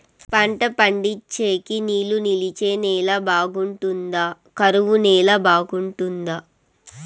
పంట పండించేకి నీళ్లు నిలిచే నేల బాగుంటుందా? కరువు నేల బాగుంటుందా?